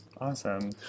Awesome